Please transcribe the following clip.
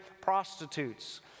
prostitutes